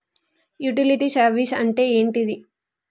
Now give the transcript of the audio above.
Utility service అంటే ఏంటిది?